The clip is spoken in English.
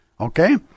Okay